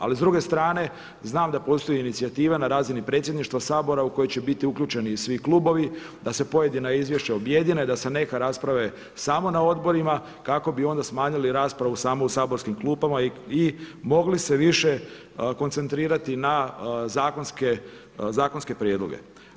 Ali s druge strane znam da postoji inicijativa na razini Predsjedništva Sabora u koju će bit uključeni i svi klubovi da se pojedina izvješća objedine, da se neka rasprave samo na odborima kako bi smanjili raspravu samo u saborskim klupama i mogli se više koncentrirati na zakonske prijedloge.